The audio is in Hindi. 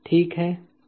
ठीक है